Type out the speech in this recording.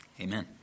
Amen